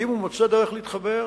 ואם הוא מוצא דרך להתחבר,